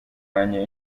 wanjye